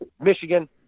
Michigan